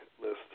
list